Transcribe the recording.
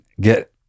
get